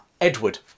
Edward